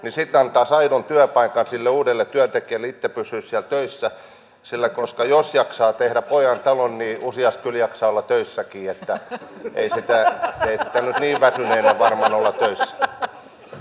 sitten antaisi aidon työpaikan sille uudelle työntekijälle ja itse pysyisi siellä töissä koska jos jaksaa tehdä pojan talon niin useasti kyllä jaksaa olla töissäkin niin että ei sitä nyt niin väsyneenä varmaan olla töissä